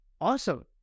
Awesome